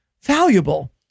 valuable